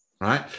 Right